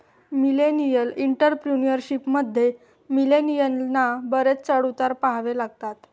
millennial entrepreneurship मध्ये, मिलेनियलना बरेच चढ उतार पहावे लागतात